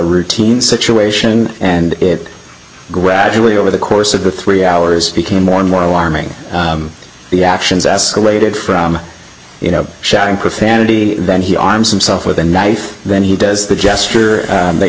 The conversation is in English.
routine situation and it gradually over the course of the three hours became more and more alarming the actions as related from you know shouting profanity that he arms himself with a knife then he does the gesture